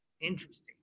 Interesting